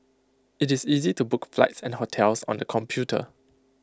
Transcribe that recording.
IT is easy to book flights and hotels on the computer